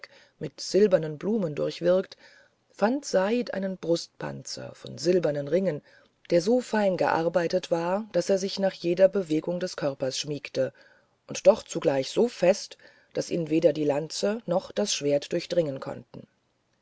mit silbernen blumen durch wirkt fand said einen brustpanzer von silbernen ringen der so fein gearbeitet war daß er sich nach jeder bewegung des körpers schmiegte und doch zugleich so fest daß ihn weder die lanze noch das schwert durchdringen konnten